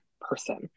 person